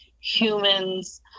humans